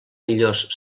millors